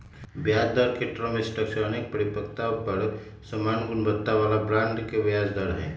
ब्याजदर के term structure अनेक परिपक्वता पर समान गुणवत्ता बला बॉन्ड के ब्याज दर हइ